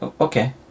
okay